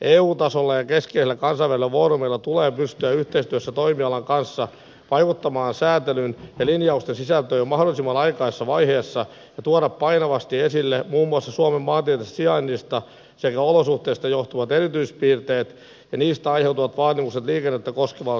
eu tasolla ja keskeisillä kansainvälisillä foorumeilla tulee pystyä yhteistyössä toimialan kanssa vaikuttamaan sääntelyn ja linjausten sisältöön jo mahdollisimman aikaisessa vaiheessa ja tuoda painavasti esille muun muassa suomen maantieteellisestä sijainnista sekä olosuhteista johtuvat erityispiirteet ja niistä aiheutuvat vaatimukset liikennettä koskevalle sääntelylle